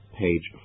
page